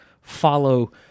follow